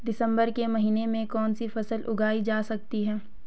दिसम्बर के महीने में कौन सी फसल उगाई जा सकती है?